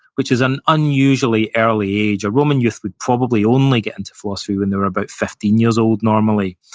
which is an unusually early age. a roman youth would probably only get into philosophy when they were about fifteen years old, normally.